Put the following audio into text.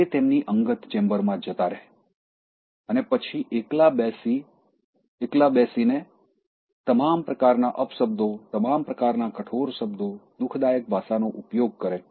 તે તેમની અંગત ચેમ્બરમાં જતા રહે અને પછી એકલા બેસીને તમામ પ્રકારના અપશબ્દો તમામ પ્રકારના કઠોર શબ્દો દુખદાયક ભાષાનો ઉપયોગ કરે